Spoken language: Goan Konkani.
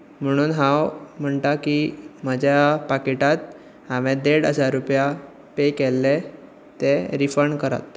म्हणून हांव म्हणटा की म्हज्या पाकीटांत हावें देड हजार रुपया पे केल्ले ते रिफंड करात